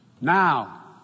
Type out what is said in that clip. Now